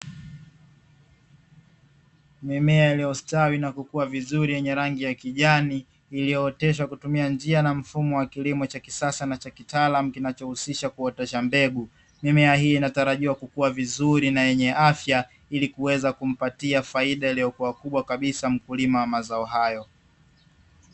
Mimea iliyostawi na kukuwa vizuri yenye rangi ya kijani, iliyooteshwa kutumia njia na mfumo wa kilimo cha kisasa na cha kitaalamu kinachohusisha kuotesha mbegu. Mimea hii inatarajiwa kukua vizuri na yenye afya ili kuweza kumpatia faida iliyokuwa kubwa kabisa mkulima wa mazao hayo.